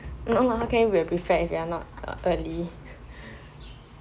no lah how can you be a prefect if you are not early